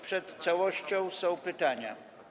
Przed całością są pytania.